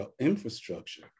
infrastructure